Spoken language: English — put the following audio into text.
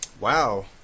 Wow